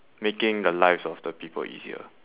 making the lives of the people easier